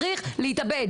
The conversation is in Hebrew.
צריך להתאבד.